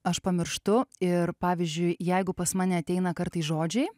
aš pamirštu ir pavyzdžiui jeigu pas mane ateina kartais žodžiai